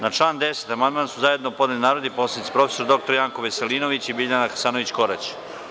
Na član 10. amandman su zajedno podneli narodni poslanici prof. dr Janko Veselinović i Biljana Hasanović Korać.